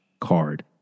card